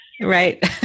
Right